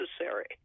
necessary